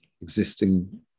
existing